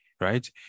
right